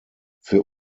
für